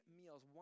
meals